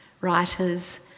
writers